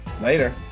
Later